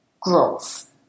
growth